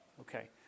Okay